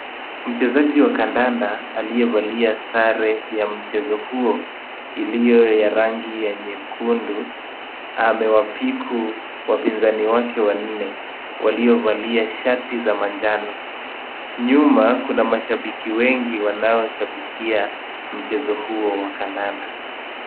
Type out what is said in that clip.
Mchezaji wa kandanda akiwa amevalia sare za mchezo huo ulio na rangi ya nyekundu amewapiku wapinzani wake wanne waliovalia shati za manjano. Nyuma kuna mashabiki wengi, wanaoshabikia mchezo huo wa kandanda.